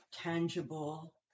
tangible